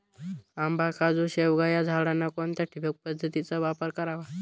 आंबा, काजू, शेवगा या झाडांना कोणत्या ठिबक पद्धतीचा वापर करावा?